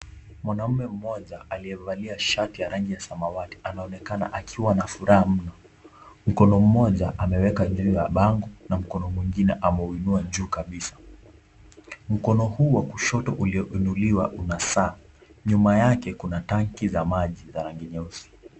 Mwanaume mmoja aliyevalia shati ya rangi ya samawati, anaonekana, akiwa na furaha mno. Mkono mmoja ameweka juu ya bangu, na mkono mwingine ameuinua juu kabisa. Mkono huu wa kushoto ulioinuliwa una saa. Nyuma yake kuna tangi za maji ya rangi nyeusi.